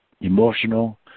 emotional